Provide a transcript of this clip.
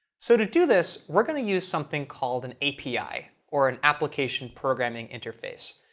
so to do this, we're going to use something called an api, or an application programming interface.